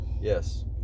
Yes